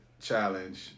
challenge